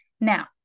Now